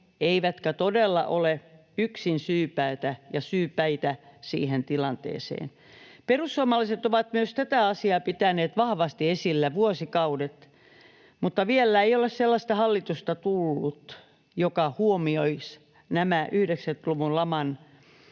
eivätkä todella ole yksin syypäitä siihen tilanteeseen. Perussuomalaiset ovat myös tätä asiaa pitäneet vahvasti esillä vuosikaudet, mutta vielä ei ole sellaista hallitusta tullut, joka huomioisi nämä 90-luvun laman